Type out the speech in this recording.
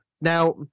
Now